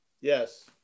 Yes